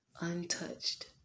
untouched